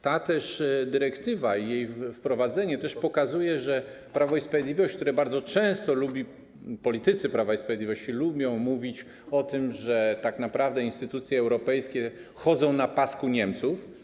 Ta dyrektywa, jej wprowadzenie pokazuje też, że Prawo i Sprawiedliwość bardzo często lubi mówić, politycy Prawa i Sprawiedliwości lubią mówić o tym, że tak naprawdę instytucje europejskie chodzą na pasku Niemców.